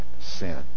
sin